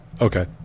Okay